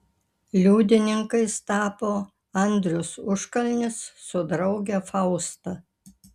liudininkais tapo andrius užkalnis su drauge fausta